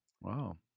Wow